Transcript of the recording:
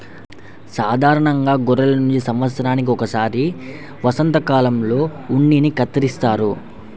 సాధారణంగా గొర్రెల నుంచి సంవత్సరానికి ఒకసారి వసంతకాలంలో ఉన్నిని కత్తిరిస్తారు